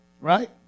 Right